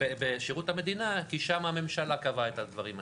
בשירות המדינה כי שם הממשלה קבעה את הדברים האלה.